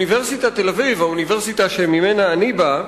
באוניברסיטת תל-אביב, האוניברסיטה שממנה אני בא,